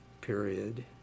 period